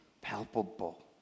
palpable